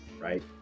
right